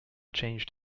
changed